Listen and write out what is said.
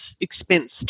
expense